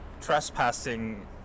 trespassing